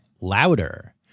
louder